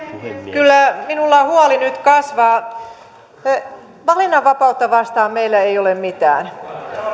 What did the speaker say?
kyllä minulla huoli nyt kasvaa valinnanvapautta vastaan meillä ei ole mitään